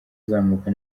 uzamuka